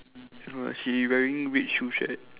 don't know ah she wearing red shoes right